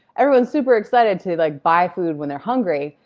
everyone's super excited to like buy food when they're hungry,